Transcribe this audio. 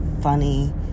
funny